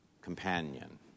companion